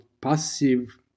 passive